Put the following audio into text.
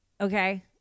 okay